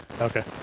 Okay